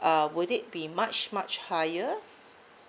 uh would it be much much higher